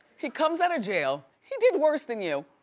he comes out of jail, he did worse than you.